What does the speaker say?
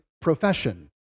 profession